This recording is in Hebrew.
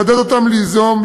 לעודד אותם ליזום,